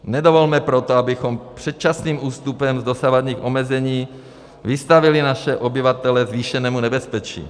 Nedovolme proto, abychom předčasným ústupem z dosavadních omezení vystavili naše obyvatele zvýšenému nebezpečí.